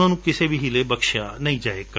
ਉਨ੍ਹਾਂ ਨੂੰ ਕਿਸੇ ਵ ਹੀਲੇ ਬਖਸ਼ਿਆਂ ਨਹੀਂ ਜਾਵੇਗਾ